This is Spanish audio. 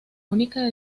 única